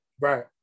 Right